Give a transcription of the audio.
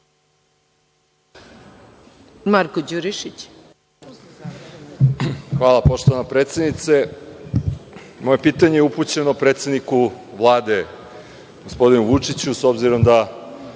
**Marko Đurišić** Hvala poštovana predsednice. Moje pitanje je upućeno predsedniku Vlade, gospodinu Vučiću, s obzirom da